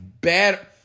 better